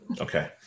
Okay